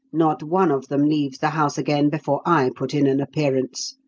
not one of them leaves the house again before i put in an appearance.